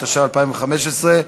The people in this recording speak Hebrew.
התשע"ה 2015,